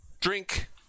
drink